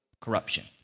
corruption